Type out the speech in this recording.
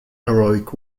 heroic